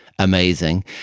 Amazing